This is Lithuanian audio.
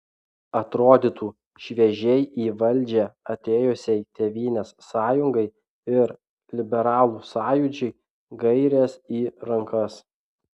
atrodytų šviežiai į valdžią atėjusiai tėvynės sąjungai ir liberalų sąjūdžiui gairės į rankas